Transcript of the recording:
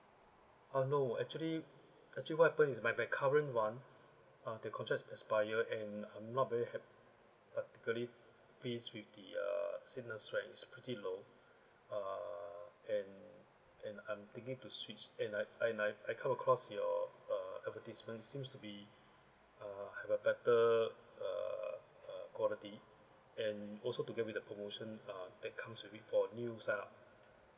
uh no actually actually what happened is by my current [one] ah the contract is expire and I'm not very happy particularly please with the uh signals right is pretty low uh and and I'm thinking to switch and I and I come across your uh advertisement seems to be uh have a better uh uh quality and also to get with the promotion ah that comes with it for new setup